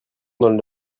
donnent